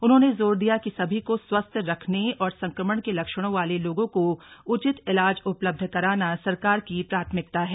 उन्होंने जोर दिया कि सभी को स्वस्थ रखने और संक्रमण के लक्षणों वाले लोगों को उचित इलाज उपलब्ध कराना सरकार की प्राथमिकता है